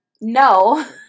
No